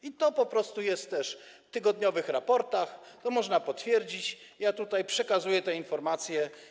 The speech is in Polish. I to po prostu jest też w tygodniowych raportach, to można potwierdzić, ja tutaj przekazuję te informacje.